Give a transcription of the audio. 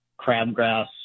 Crabgrass